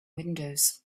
windows